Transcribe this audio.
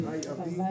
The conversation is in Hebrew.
בשעה